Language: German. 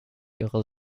ihre